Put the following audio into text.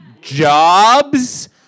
Jobs